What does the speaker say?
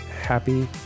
happy